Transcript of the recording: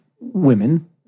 women